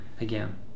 again